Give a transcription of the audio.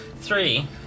Three